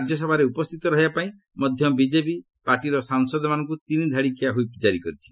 ରାଜ୍ୟସଭାରେ ଉପସ୍ଥିତ ରହିବା ପାଇଁ ମଧ୍ୟ ବିକେପି ପାର୍ଟିର ସାଂସଦମାନଙ୍କୁ ତିନିଧାଡ଼ିଆ ହୁଇପ୍ ଜାରି କରିଛି